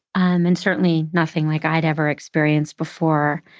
and certainly nothing like i'd ever experienced before.